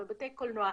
ושבתי קולנוע,